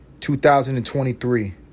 2023